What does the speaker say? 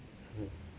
mm